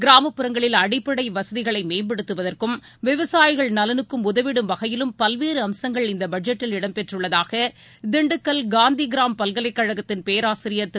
கிராமப்புறங்களில் அடிப்படைவசதிகளைமேம்படுத்துவதற்கும் விவசாயிகள் நலனுக்கும் உதவிடும் வகையிலும் பல்வேறுஅம்சங்கள் இந்தபட்ஜெட்டில் இடம் பெற்றுள்ளதாகதிண்டுக்கல் காந்திகிராம் பல்கலைக்கழகத்தின் பேராசிரியர் திரு